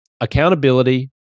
accountability